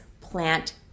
plant